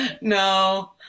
No